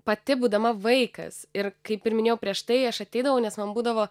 pati būdama vaikas ir kaip ir minėjau prieš tai aš ateidavau nes man būdavo